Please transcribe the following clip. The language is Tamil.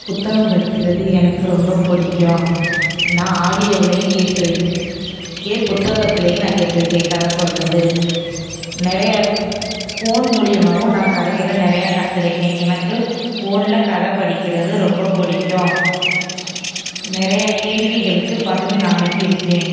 புத்தகம் படிக்கிறது எனக்கு ரொம்ப பிடிக்கும் நான் ஆடியோவிலையும் கேட்டிருக்கேன் புத்தகத்திலையும் நான் கேட்டிருக்கேன் கதை சொல்வது நிறையா ஃபோன் மூலயமாவும் நான் கதைகளை நிறையா கத்துருக்கேன் எனக்கு ஃபோனில் கதை படிக்கிறது ரொம்ப பிடிக்கும் நிறையா கேள்விகளுக்கு பதில் நான் அனுப்பியிருக்கேன்